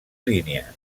línies